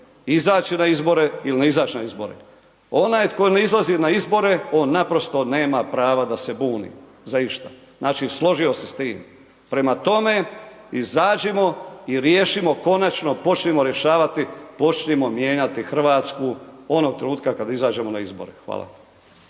izaći na izbore ili ne izaći na izbore. Onaj tko ne izlazi na izbore, on naprosto nema prava da se buni za išta, znači složio se s tim, prema tome, izađimo i riješimo konačno počnimo rješavati, počnimo mijenjati Hrvatsku onog trenutka kad izađemo na zbore, hvala.